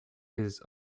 his